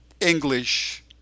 English